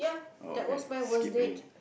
oh okay skip A